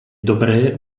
dobré